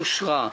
ההודעה אושרה.